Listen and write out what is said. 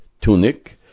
tunic